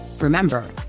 Remember